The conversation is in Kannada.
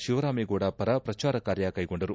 ಶಿವರಾಮೇಗೌಡ ಪರ ಪ್ರಚಾರಕಾರ್ಯ ಕೈಗೊಂಡರು